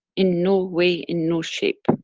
in no way, in no shape.